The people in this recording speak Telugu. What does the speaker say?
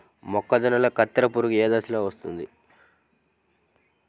మొక్కజొన్నలో కత్తెర పురుగు ఏ దశలో వస్తుంది?